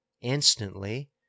Instantly